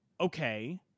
okay